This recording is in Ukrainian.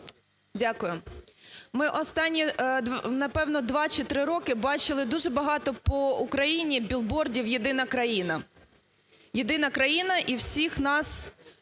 Дякую. Ми останні напевне два чи три роки бачили дуже багато по Україні біл-бордів "Єдина країна". "Єдина країна", і всіх нас